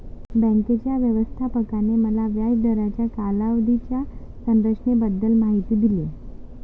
बँकेच्या व्यवस्थापकाने मला व्याज दराच्या कालावधीच्या संरचनेबद्दल माहिती दिली